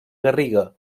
garriga